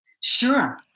Sure